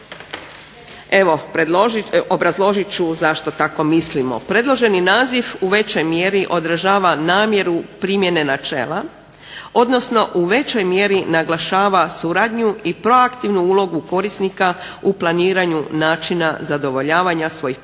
Evo, obrazložit ću zašto tako mislimo. Predloženi naziv u većoj mjeri održava namjeru primjene načela, odnosno u većoj mjeri naglašava suradnju i proaktivnu ulogu korisnika u planiranju načina zadovoljavanja svojih potreba